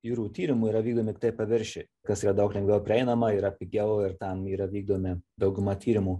jūrų tyrimų yra vykdomi tiktai paviršiuj kas yra daug lengviau prieinama yra pigiau ir ten yra vykdomi dauguma tyrimų